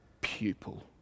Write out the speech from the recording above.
pupil